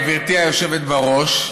גברתי היושבת-ראש,